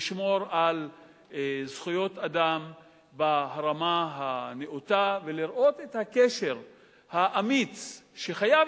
לשמור על זכויות אדם ברמה הנאותה ולראות את הקשר האמיץ שחייב